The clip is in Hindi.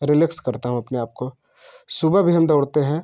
रिलेक्स करता हूँ अपने आप को सुबह भी हम दौड़ते हैं